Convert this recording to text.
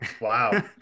Wow